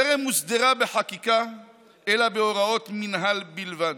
היא טרם הוסדרה בחקיקה אלא בהוראות מינהל בלבד.